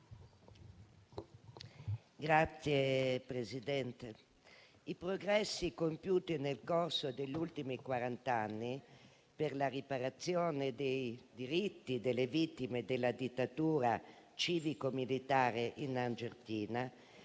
Signora Presidente, i progressi compiuti nel corso degli ultimi quarant'anni per la riparazione dei diritti delle vittime della dittatura civico-militare in Argentina